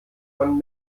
von